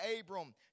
Abram